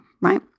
right